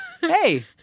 Hey